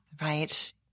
right